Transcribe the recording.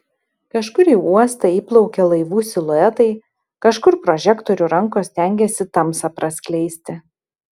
kažkur į uostą įplaukia laivų siluetai kažkur prožektorių rankos stengiasi tamsą praskleisti